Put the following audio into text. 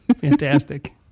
Fantastic